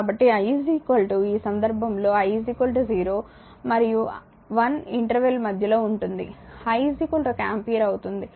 కాబట్టి i ఈ సందర్భంలో i 0 మరియు 1 ఇంట్రవెల్ మధ్యలో ఉంటుంది i ఒక ఆంపియర్ అవుతుంది